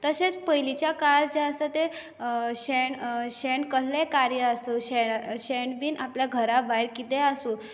तशेंच पयलींच्या काळार जे आसा ते शेण शेण कसलें कार्य आसूं शेण बी आपल्या घरा भायर कितें आसूं